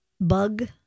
bug